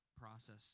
process